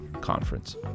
Conference